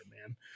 man